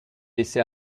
laissée